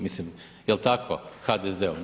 Mislim jel tako, HDZ-u.